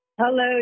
hello